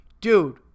Dude